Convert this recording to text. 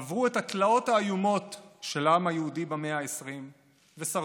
עברו את התלאות האיומות של העם היהודי במאה העשרים ושרדו.